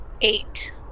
Eight